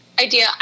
idea